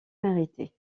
mérité